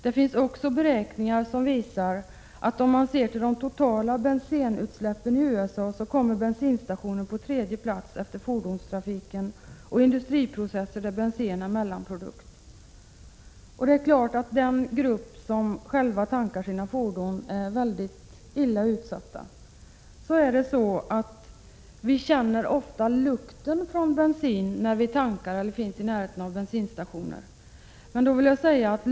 Om man ser på beräkningar av de totala bensinutsläppen i USA visar det sig att bensinstationerna kommer på tredje plats efter fordonstrafiken och industriprocesser där bensen är mellanprodukt. Den grupp människor som själva tankar sina fordon är självfallet illa utsatta. Man känner ofta lukten från bensin när man tankar eller är i närheten av bensinstationer.